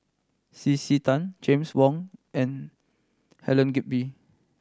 C C Tan James Wong and Helen Gilbey